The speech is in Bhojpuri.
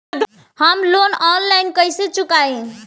हम लोन आनलाइन कइसे चुकाई?